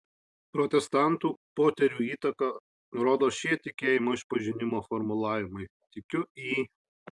protestantų poterių įtaką rodo šie tikėjimo išpažinimo formulavimai tikiu į